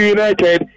United